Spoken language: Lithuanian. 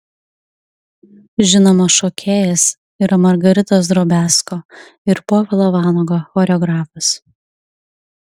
žinomas šokėjas yra margaritos drobiazko ir povilo vanago choreografas